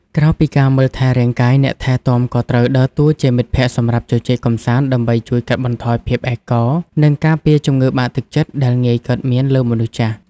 ក្រៅពីការមើលថែរាងកាយ អ្នកថែទាំក៏ត្រូវដើរតួជាមិត្តភក្តិសម្រាប់ជជែកកម្សាន្ត ដើម្បីជួយកាត់បន្ថយភាពឯកោ និងការពារជំងឺបាក់ទឹកចិត្តដែលងាយកើតមានលើមនុស្សចាស់។